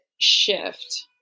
shift